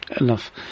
enough